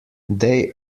they